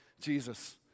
Jesus